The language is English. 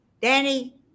Danny